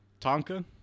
Tonka